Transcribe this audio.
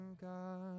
God